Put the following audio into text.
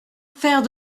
faire